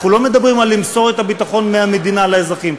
אנחנו לא מדברים על למסור את הביטחון מהמדינה לאזרחים.